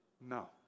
No